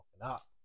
up